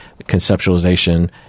conceptualization